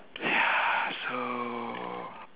ya so